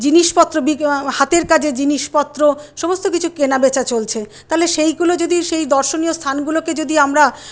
জিনিসপত্র হাতের কাজের জিনিসপত্র সমস্ত কিছু কেনা বেচা চলছে তালে সেইগুলো যদি সেই দর্শনীয় স্থানগুলোকে যদি আমরা